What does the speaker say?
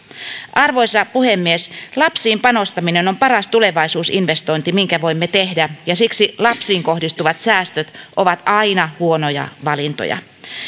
arvoisa puhemies lapsiin panostaminen on paras tulevaisuusinvestointi minkä voimme tehdä ja siksi lapsiin kohdistuvat säästöt ovat aina huonoja valintoja